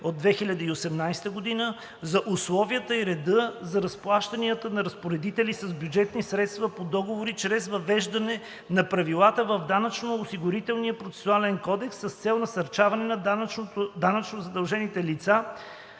592/2018 г. за условията и реда за разплащанията на разпоредители с бюджетни средства по договори чрез въвеждане на правилата в Данъчно-осигурителния процесуален кодекс с цел насърчаване на данъчно задължените лица